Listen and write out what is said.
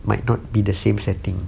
might not be the same setting